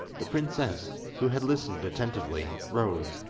the princess, who had listened attentively, rose,